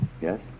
Yes